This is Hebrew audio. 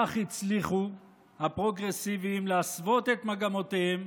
כך הצליחו הפרוגרסיבים להסוות את מגמותיהם